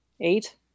eight